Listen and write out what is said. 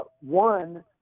One